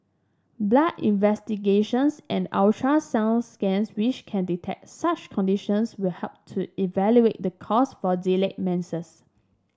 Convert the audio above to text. blood investigations and ultrasound scans which can detect such conditions will help to evaluate the cause for delayed menses